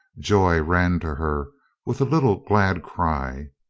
joy ran to her with a little glad cry.